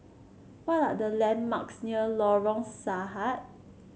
what are the landmarks near Lorong Sahad